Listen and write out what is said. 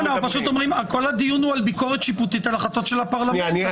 אנחנו אומרים שכל הדיון הוא על ביקורת שיפוטית על החלטות של הפרלמנט.